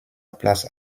place